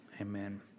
amen